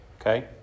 okay